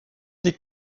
des